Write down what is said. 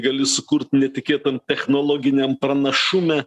gali sukurt netikėtam technologiniam pranašume